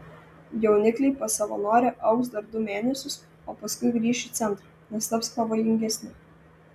jaunikliai pas savanorę augs dar du mėnesius o paskui grįš į centrą nes taps pavojingesni